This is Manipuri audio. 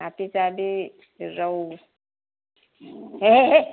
ꯅꯥꯄꯤꯆꯥꯕꯤ ꯔꯧ